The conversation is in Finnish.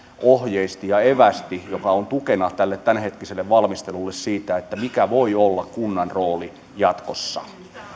ohjeisti ja evästi mikä on tukena tälle tämänhetkiselle valmistelulle siitä mikä voi olla kunnan rooli jatkossa arvoisa